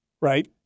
Right